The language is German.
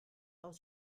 aus